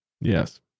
Yes